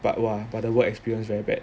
but !wah! but the work experience very bad